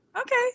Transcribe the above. Okay